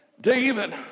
David